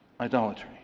idolatry